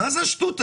מה זו השטות הזאת?